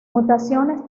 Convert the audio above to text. mutaciones